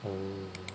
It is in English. oh